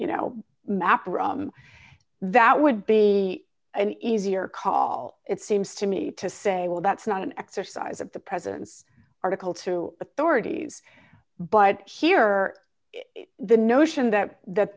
you know map that would be an easier call it seems to me to say well that's not an exercise of the president's article two authorities but here the notion that that